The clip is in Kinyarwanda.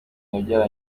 akagira